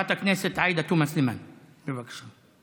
חברת הכנסת עאידה תומא סלימאן, בבקשה.